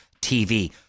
TV